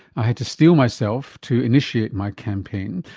i had to steel myself to initiate my campaign,